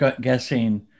guessing